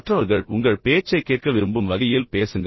மற்றவர்கள் உங்கள் பேச்சைக் கேட்க விரும்பும் வகையில் பேசுங்கள்